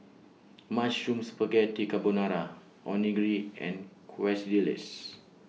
Mushroom Spaghetti Carbonara Onigiri and